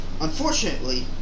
Unfortunately